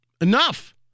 enough